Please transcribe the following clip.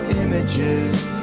images